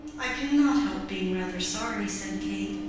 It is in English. i cannot help being rather sorry, said kate.